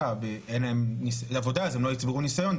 ואין להם עבודה אז הם לא יצברו נסיון,